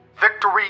Victory